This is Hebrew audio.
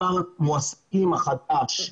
את מספר המועסקים החדש.